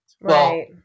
Right